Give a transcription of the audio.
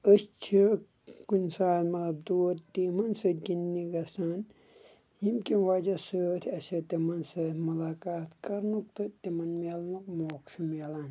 أسۍ چھِ کُنہِ ساتہٕ مطلب دوٗر تیٖمن سۭتۍ گنٛدٕنہِ گژھان ییٚمہِ کہِ وجہہ سۭتۍ اَسہِ تِمن سۭتۍ مُلاقات کرنُک تہٕ تِمن مِلنُک موقعہٕ چھُ مِلان